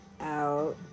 out